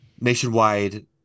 nationwide